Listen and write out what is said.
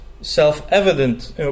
self-evident